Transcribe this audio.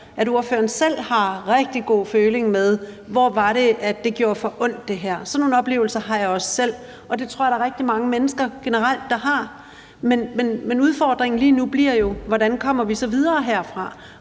at ordføreren selv har rigtig god føling med, hvor det var, det her gjorde for ondt. Sådan nogle oplevelser har jeg også selv, og det tror jeg generelt der er rigtig mange mennesker der har. Men udfordringen lige nu bliver jo at se på, hvordan vi så kommer videre herfra,